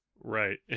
Right